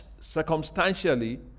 Circumstantially